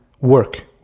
work